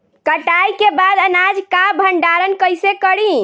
कटाई के बाद अनाज का भंडारण कईसे करीं?